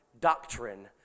doctrine